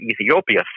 Ethiopia